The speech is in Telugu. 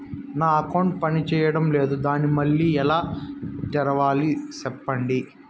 నా అకౌంట్ పనిచేయడం లేదు, దాన్ని మళ్ళీ ఎలా తెరవాలి? సెప్పండి